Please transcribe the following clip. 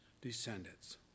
descendants